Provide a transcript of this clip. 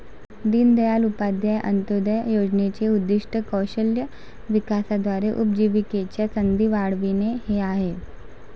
दीनदयाळ उपाध्याय अंत्योदय योजनेचे उद्दीष्ट कौशल्य विकासाद्वारे उपजीविकेच्या संधी वाढविणे हे आहे